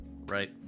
right